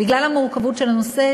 בגלל המורכבות של הנושא,